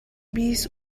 биис